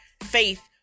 faith